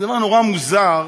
זה דבר נורא מוזר